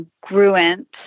congruent